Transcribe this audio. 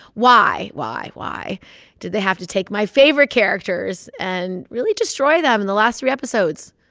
why, why, why did they have to take my favorite characters and really destroy them in the last three episodes?